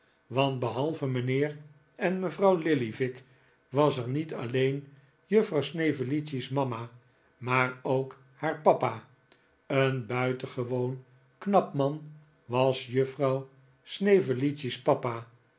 want behalve mijnheer en mevrouw lillyvick was er niet alleen juffrouw snevellicci's mama maar ook haar papa een buitengewoon knap man was jufeen souper bij juffrouw snevellicci frouw snevellicci's papa